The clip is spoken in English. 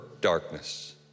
darkness